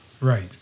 Right